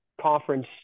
conference